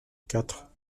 quatre